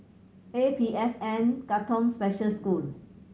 A P S N Katong Special School